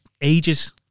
ages